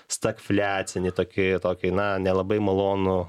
stagfliacini tokį tokį na nelabai malonu